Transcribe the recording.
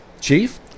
Chief